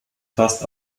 fast